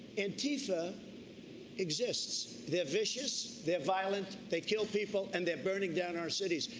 antifa exists. they're vicious. they're violent. they kill people. and they're burning down our cities.